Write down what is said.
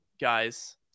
guys